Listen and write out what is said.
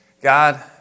God